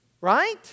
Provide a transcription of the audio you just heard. Right